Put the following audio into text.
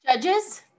Judges